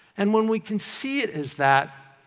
and when we can see it as that,